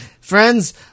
friends